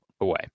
away